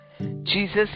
Jesus